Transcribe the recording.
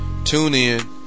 TuneIn